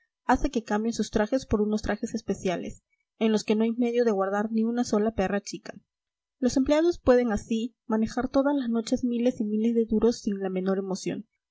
hace que cambien sus trajes por unos trajes especiales en los que no hay medio de guardar ni una sola perra chica los empleados pueden así manejar todas las noches miles y miles de duros sin la menor emoción